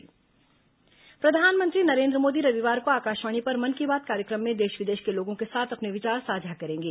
मन की बात प्रधानमंत्री नरेन्द्र मोदी रविवार को आकाशवाणी पर मन की बात कार्यक्रम में देश विदेश के लोगों के साथ अपने विचार साझा करेंगे